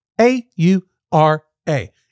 A-U-R-A